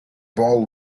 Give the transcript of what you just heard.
ball